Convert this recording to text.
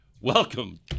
Welcome